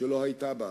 שלא היתה בעבר,